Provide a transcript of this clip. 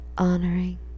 Honoring